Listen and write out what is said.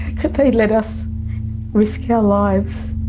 could they let us risk our lives?